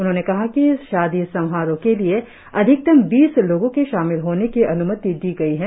उन्होंने कहा कि शादी समारोह के लिए आधिकतम बीस लोगों के शामिल होने की अन्मति दी गई है